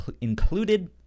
included